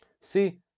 See